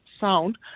sound